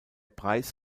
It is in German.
preis